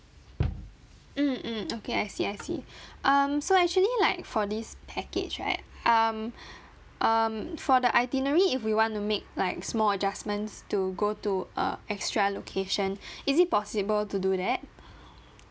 mm mm okay I see I see um so actually like for this package right um um for the itinerary if we want to make like small adjustments to go to uh extra location is it possible to do that